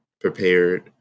prepared